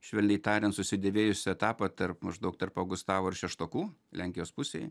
švelniai tariant susidėvėjusį etapą tarp maždaug tarp augustavo ir šeštokų lenkijos pusėj